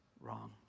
wrong